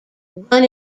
run